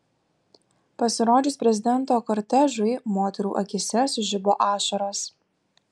pasirodžius prezidento kortežui moterų akyse sužibo ašaros